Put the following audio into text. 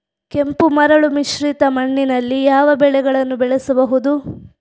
ಕೆಂಪು ಮರಳು ಮಿಶ್ರಿತ ಮಣ್ಣಿನಲ್ಲಿ ಯಾವ ಬೆಳೆಗಳನ್ನು ಬೆಳೆಸಬಹುದು?